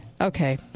Okay